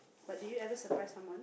but do you ever surprise someone